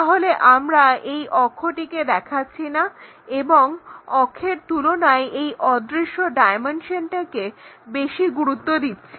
তাহলে আমরা এই অক্ষটিকে দেখাচ্ছি না এবং অক্ষের তুলনায় এই অদৃশ্য ডায়মেনশনটিকে বেশি গুরুত্ব দিচ্ছি